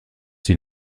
die